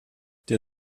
der